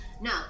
no